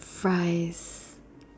fries